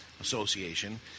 Association